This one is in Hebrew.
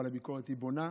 אבל הביקורת היא בונה.